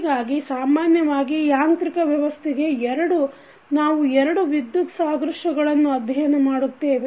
ಹೀಗಾಗಿ ಸಾಮಾನ್ಯವಾಗಿ ಯಾಂತ್ರಿಕ ವ್ಯವಸ್ಥೆಗೆ ನಾವು ಎರಡು ವಿದ್ಯುತ್ ಸಾದೃಶ್ಯಗಳನ್ನು ಅಧ್ಯಯನ ಮಾಡುತ್ತೇವೆ